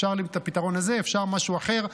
אפשר את הפתרון הזה, אפשר משהו אחר.